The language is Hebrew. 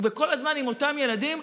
הם כל הזמן עם אותם ילדים.